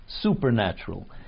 supernatural